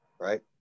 right